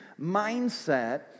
mindset